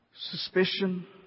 suspicion